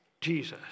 Jesus